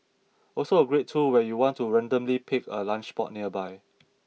also a great tool when you want to randomly pick a lunch spot nearby